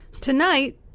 Tonight